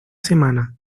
semana